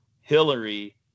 Hillary